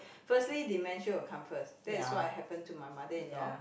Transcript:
firstly dementia will come first that's what happened to my mother-in-law